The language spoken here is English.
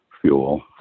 fuel